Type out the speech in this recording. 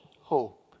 hope